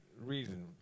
reason